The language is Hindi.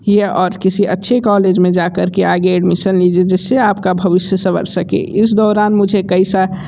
हिए और किसी अच्छे कॉलेज में जाकर के आगे एडमीसन लीजिए जिससे आपका भविष्य संवर सके इस दौरान मुझे कई सा